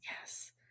yes